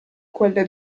quelle